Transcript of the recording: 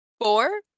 Four